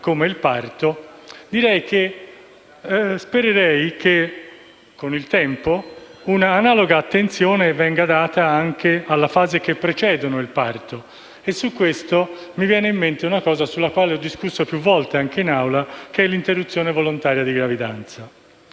come il parto, spererei che con il tempo un'analoga attenzione venga data anche alle fasi che precedono il parto e in proposito mi viene mente una cosa sulla quale ho discusso più volte anche in Aula, che è l'interruzione volontaria di gravidanza.